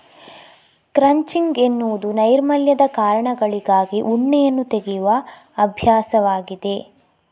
crutching ಎನ್ನುವುದು ನೈರ್ಮಲ್ಯದ ಕಾರಣಗಳಿಗಾಗಿ ಉಣ್ಣೆಯನ್ನು ತೆಗೆಯುವ ಅಭ್ಯಾಸವಾಗಿದೆ